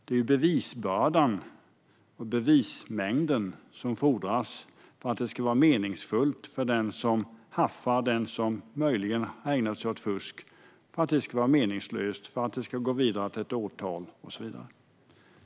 Det är bevisbördan och bevismängden som gör att det skulle vara meningsfullt att väcka åtal.